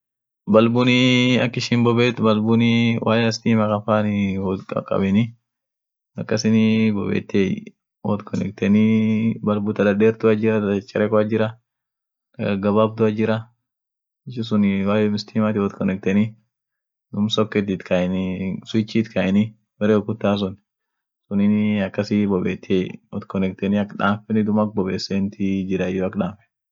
Swichin sunii ak ishin midaasin, ishi taam bobeeseni taam daanfenie balbu. dumii akmidaansent jir waya sun ak wolkaskayen, tokoo mal akan gad daaniet hinbobaa mal ol daaniet hindaafamai. hindaafenie taa daanfaati. malrafen fa akas daanfeni, iyo mal laftin alkanootiinen akas bobeeseniin